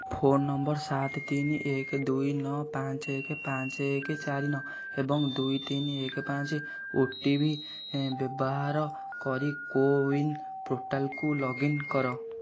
phone number ସାତ ତିନି ଏକ ଦୁଇ ନଅ ପାଞ୍ଚ ଏକ ପାଞ୍ଚ ଏକ ଚାରି ନଅ ଏବଂ ଦୁଇ ତିନି ଏକ ପାଞ୍ଚ ଓ ଟି ପି ବ୍ୟବହାର କରି କୋୱିନ ପୋର୍ଟାଲକୁ ଲଗ୍ଇନ କର